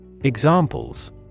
Examples